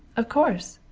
of course!